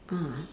ah